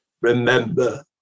Remember